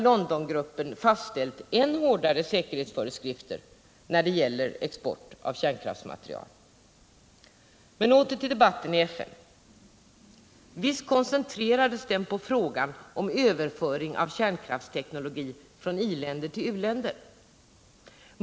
Londongruppen fastställt än hårdare säkerhetsföreskrifter när det gäller export av kärnkraftsmaterial. Åter till debatten i FN. Visst koncentrerades den på frågan om överföring av kärnkraftsteknologi från i-länder till u-länder.